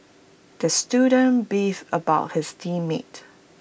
the student beefed about his team mates